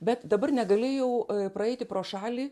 bet dabar negalėjau praeiti pro šalį